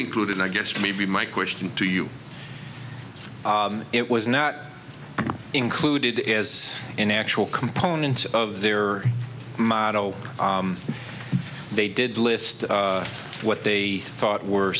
include in i guess maybe my question to you it was not included as an actual component of their model they did list what they thought were